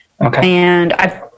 Okay